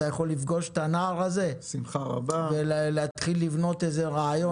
אתה יכול לפגוש את הנער הזה ולהתחיל לבנות איזה רעיון?